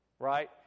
Right